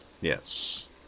Yes